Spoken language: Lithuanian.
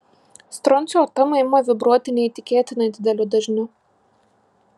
stroncio atomai ima vibruoti neįtikėtinai dideliu dažniu